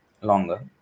longer